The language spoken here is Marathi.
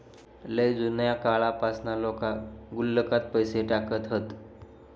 लय जुन्या काळापासना लोका गुल्लकात पैसे टाकत हत